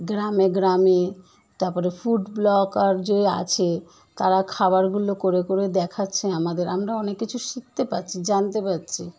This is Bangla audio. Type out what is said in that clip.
গ্রামে গ্রামে তার পরে ফুড ব্লগার যে আছে তারা খাবারগুলো করে করে দেখাচ্ছে আমাদের আমরা অনেক কিছু শিখতে পারছি জানতে পারছি